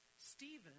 Stephen